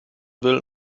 will